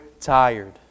tired